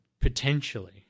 potentially